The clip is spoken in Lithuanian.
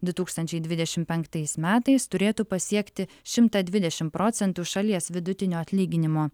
du tūkstančiai dvidešimt penktais metais turėtų pasiekti šimtą dvidešimt procentų šalies vidutinio atlyginimo